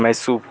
મેહસુબ